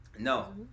No